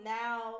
now